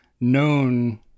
known